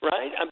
Right